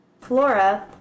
Flora